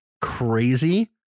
crazy